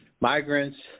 migrants